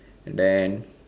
and then